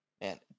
man